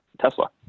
Tesla